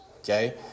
okay